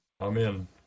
Amen